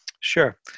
Sure